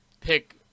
pick